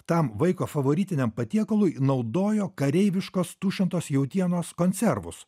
tam vaiko favoritiniam patiekalui naudojo kareiviškos tušintos jautienos konservus